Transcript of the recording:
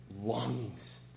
longings